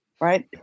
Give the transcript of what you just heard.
right